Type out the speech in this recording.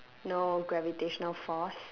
no gravitational force